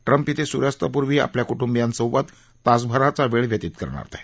Trump इथे सुर्यास्तापूर्वी आपल्या कुटुंबियांसोबत तासभराचा वेळ व्यतित करणार आहेत